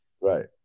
Right